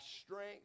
strength